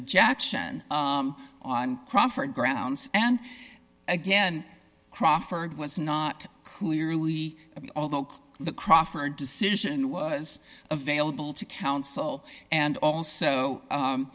objection on proffered grounds and again crawford was not clearly although the crawford decision was available to counsel and also